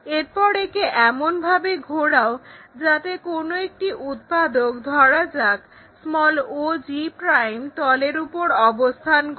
এর পর একে এমনভাবে ঘোরাও যাতে কোনো একটি উৎপাদক ধরা যাক og তলের উপর অবস্থান করে